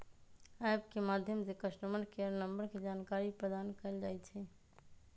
app के माध्यम से कस्टमर केयर नंबर के जानकारी प्रदान कएल जाइ छइ